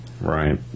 Right